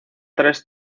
tres